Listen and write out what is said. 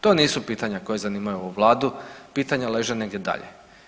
To nisu pitanja koja zanimaju ovu Vladu, pitanja leže negdje dalje.